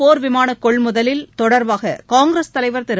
போர் விமானகொள்முதல் ரபேல் தொடர்பாககாங்கிரஸ் தலைவர் திரு